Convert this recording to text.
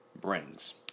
brings